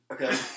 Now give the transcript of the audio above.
Okay